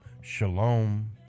Shalom